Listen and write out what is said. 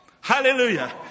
Hallelujah